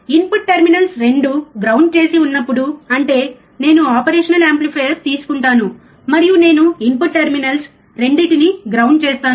input terminals రెండూ ground చేసి ఉన్నప్పుడు అంటే నేను ఆపరేషనల్ యాంప్లిఫైయర్ తీసుకుంటాను మరియు నేను ఇన్పుట్ టెర్మినల్స్ రెండింటినీ గ్రౌండ్ చేస్తాను